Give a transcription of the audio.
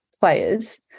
players